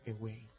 away